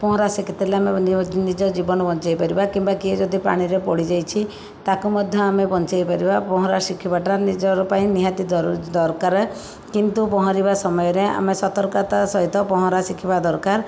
ପହଁରା ଶିଖିଥିଲେ ଆମେ ନିଜ ଜୀବନ ବଞ୍ଚେଇ ପାରିବା କିମ୍ବା କିଏ ଯଦି ପାଣିରେ ପଡ଼ିଯାଇଛି ତାକୁ ମଧ୍ୟ ଆମେ ବଞ୍ଚେଇ ପାରିବା ପହଁରା ଶିଖିବାଟା ନିଜ ପାଇଁ ନିହାତି ଦରକାର କିନ୍ତୁ ପହଁରିବା ସମୟରେ ଆମେ ସତର୍କତା ସହିତ ପହଁରା ଶିଖିବା ଦରକାର